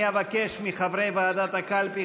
אני אבקש מחברי ועדת הקלפי,